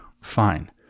fine